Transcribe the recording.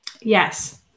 Yes